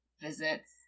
visits